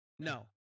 No